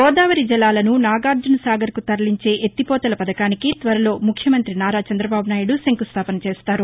గోదావరి జలాలను నాగార్జన సాగర్కు తరలించే ఎత్తి పోతల పధకానికి త్వరలో ఆంధ్రప్రదేశ్ ముఖ్య మంత్రి నారా చంద్రద బాబు నాయుడు శంకుస్థాపనచేస్తారు